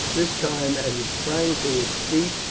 this time, as it sprang to its feet,